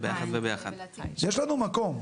יש לנו מקום.